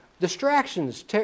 distractions